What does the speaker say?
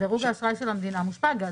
אבל דירוג האשראי של המדינה מושפע גם,